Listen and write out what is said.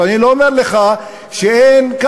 כי, אותם שם.